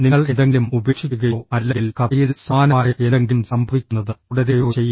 നിങ്ങൾ എന്തെങ്കിലും ഉപേക്ഷിക്കുകയോ അല്ലെങ്കിൽ കഥയിൽ സമാനമായ എന്തെങ്കിലും സംഭവിക്കുന്നത് തുടരുകയോ ചെയ്യുന്നു